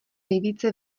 nejvíce